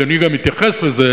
ואדוני גם התייחס לזה,